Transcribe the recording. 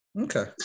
okay